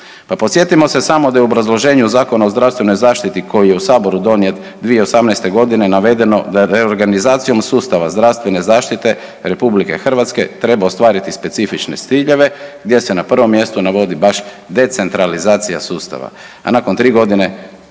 podsjetimo se samo da je u obrazloženju Zakona o zdravstvenoj zaštiti koji je u Saboru donijet 2018. g. navedeno da je reorganizacijom sustava zdravstvene zaštite RH trebao ostvariti specifične ciljeve gdje se na prvom mjestu navodi baš decentralizacija sustava, a nakon tri godine